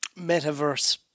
metaverse